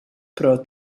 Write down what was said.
però